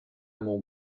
mon